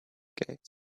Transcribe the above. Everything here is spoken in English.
gates